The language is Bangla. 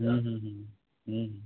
হুম হুম হুম হুম হুম